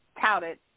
touted